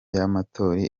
y’abamotari